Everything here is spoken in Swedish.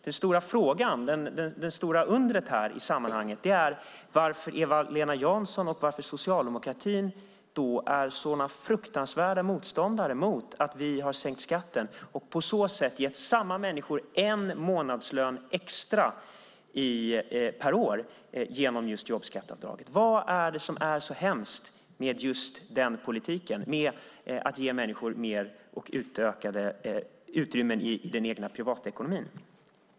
Det stora undret i sammanhanget är då varför Eva-Lena Jansson och socialdemokratin är sådana fruktansvärda motståndare mot att vi har sänkt skatten och på så sätt gett samma människor en månadslön extra per år genom just jobbskatteavdraget. Vad är det som är så hemskt med den politiken och med att ge människor ett ökat utrymme i den egna privatekonomin?